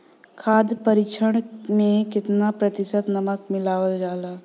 खाद्य परिक्षण में केतना प्रतिशत नमक मिलावल जाला?